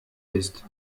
ist